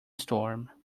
storm